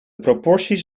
proporties